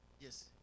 Yes